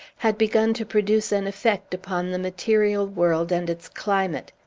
had begun to produce an effect upon the material world and its climate.